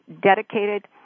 dedicated